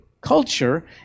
culture